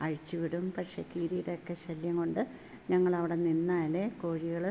അഴിച്ചു വിടും പക്ഷെ കീരിയുടെയൊക്കെ ശല്യം കൊണ്ട് ഞങ്ങൾ ഇവിടെ നിന്നാലേ കോഴികൾ